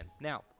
Now